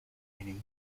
meaning